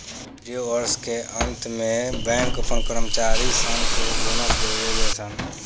वित्तीय वर्ष के अंत में बैंक अपना कर्मचारी सन के बोनस देवे ले सन